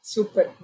Super